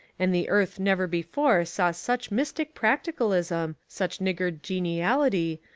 and the earth never before saw such mystic practicalism, such niggard geniality,